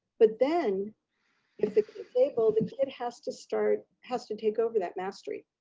but then if the table, the kid has to start, has to take over that mastery,